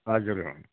हजुर